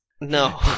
no